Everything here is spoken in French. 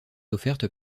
offerte